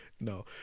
No